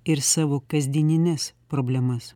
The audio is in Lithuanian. ir savo kasdienines problemas